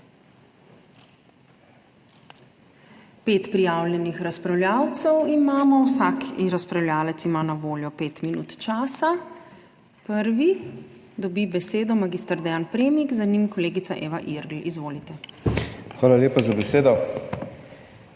Pet prijavljenih razpravljavcev imamo, vsak razpravljavec ima na voljo 5 minut časa. Prvi dobi besedo magister Dean Premik, za njim kolegica Eva Irgl. Izvolite. **MAG.